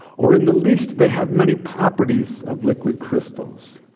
or in the least, they have many properties of liquid crystals.